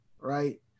right